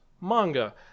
Manga